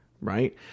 right